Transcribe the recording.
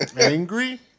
angry